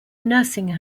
nursing